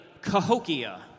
Cahokia